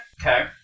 Okay